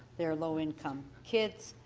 they're low income kids.